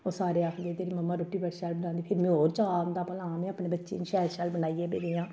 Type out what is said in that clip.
ओह सारे आखदे तेरी मम्मा रुट्टी बड़ी शैल बनांदी फिर मी होर चाऽ औंदा भला हां में अपने बच्चें गी शैल शैल बनाइयै बी देआं